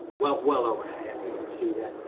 well well over half. you can see that.